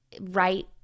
right